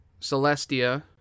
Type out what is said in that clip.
Celestia